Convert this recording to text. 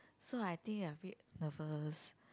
so I think I a bit nervous